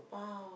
!wow!